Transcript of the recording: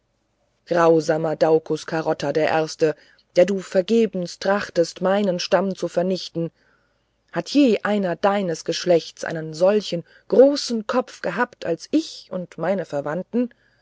grausamer daucus carota der erste der du vergebens trachtest meinen stamm zu vernichten hat je einer deines geschlechts einen solchen großen kopf gehabt als ich und meine verwandten